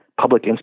public